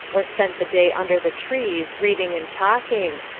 or spent the day under the trees, reading and talking,